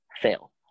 fail